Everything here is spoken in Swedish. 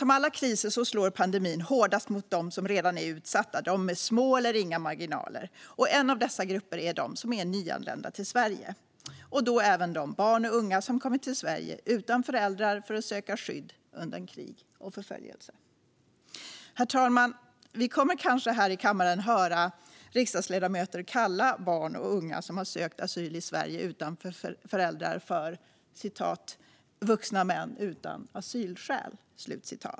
Som alla kriser slår pandemin hårdast mot dem som redan är utsatta, de med små eller inga marginaler. En av dessa grupper är de som är nyanlända till Sverige, och då även de barn och unga som kommit till Sverige utan föräldrar för att söka skydd undan krig och förföljelse. Herr talman! Vi kommer kanske här i kammaren att höra riksdagsledamöter kalla barn och unga som har sökt asyl i Sverige utan föräldrar för "vuxna män utan asylskäl".